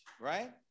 right